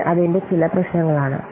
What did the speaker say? ഇത് അതിന്റെ ചില പ്രശ്നങ്ങളാണ്